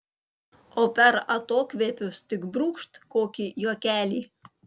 o per atokvėpius tik brūkšt kokį juokelį